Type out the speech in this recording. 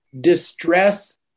distress